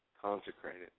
consecrated